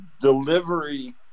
delivery